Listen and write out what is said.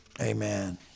amen